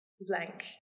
blank